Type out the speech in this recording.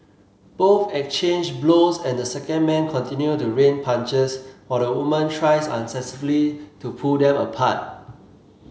both exchange blows and the second man continue to rain punches while the woman tries unsuccessfully to pull them apart